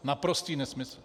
Naprostý nesmysl!